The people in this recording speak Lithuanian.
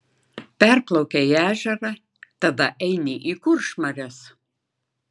perplaukei ežerą tada eini į kuršmares